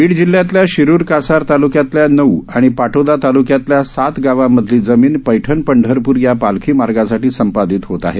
बीड जिल्ह्यातल्या शिरुर कासार तालुक्यातल्या नऊ आणि पाटोदा तालुक्यातल्या सात गावांमधील जमिन पैठण पंढरप्र या पालखी मार्गासाठी संपादीत होत आहे